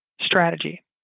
strategy